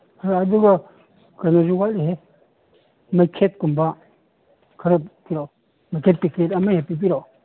ꯑꯗꯨꯒ ꯀꯩꯅꯣꯁꯨ ꯋꯥꯠꯂꯤꯍꯦ ꯃꯩꯈꯦꯠꯀꯨꯝꯕ ꯈꯔ ꯄꯤꯔꯛꯑꯣ ꯃꯩꯈꯦꯠ ꯄꯤꯀꯦꯠ ꯑꯃ ꯍꯦꯛ ꯄꯤꯕꯤꯔꯛꯑꯣ